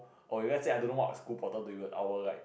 or if let's say I don't know what school portal to use I will like